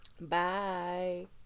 Bye